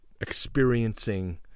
experiencing